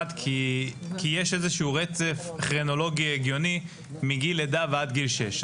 כי יש איזשהו רצף כרונולוגי הגיוני מגיל לידה ועד גיל שש.